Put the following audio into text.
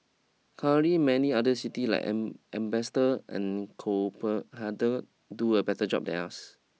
currently many other city like am am bastard and coper harder do a better job than us